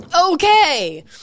Okay